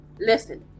Listen